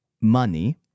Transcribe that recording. money